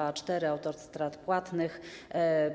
A4, autostrad płatnych